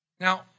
Now